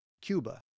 Cuba